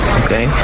okay